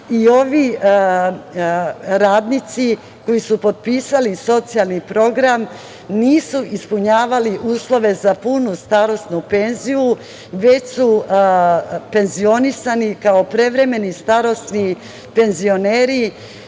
i ovi radnici koji su potpisali socijalni program nisu ispunjavali uslove za punu starosnu penziju, već su penzionisani kao prevremeni starosni penzioneri